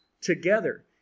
together